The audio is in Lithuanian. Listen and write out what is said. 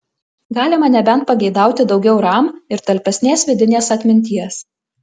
galima nebent pageidauti daugiau ram ir talpesnės vidinės atminties